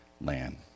land